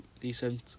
decent